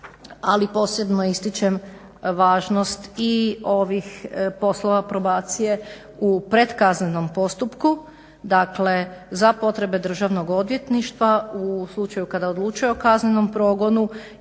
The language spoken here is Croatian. Ali posebno ističem važnost i ovih poslova probacije u predkaznenom postupku, dakle za potrebe državnog odvjetništva u slučaju kada odlučuje o kaznenom progonu